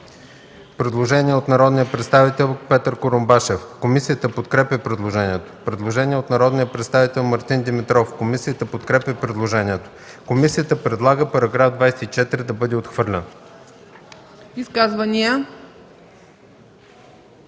предложение от народния представител Петър Курумбашев. Комисията подкрепя предложението. Предложение от народния представител Мартин Димитров. Комисията подкрепя предложението. Комисията предлага § 24 да бъде отхвърлен. ПРЕДСЕДАТЕЛ